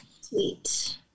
Sweet